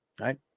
Right